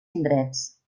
indrets